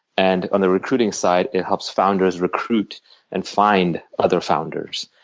and on the recruiting side, it helps founders recruit and find other founders.